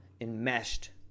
enmeshed